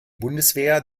bundeswehr